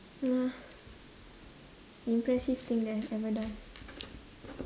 uh impressive thing that I've ever done